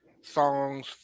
songs